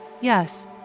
Yes